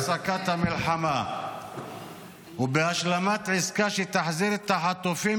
-- בהפסקת המלחמה ובהשלמת עסקה שתחזיר את החטופים,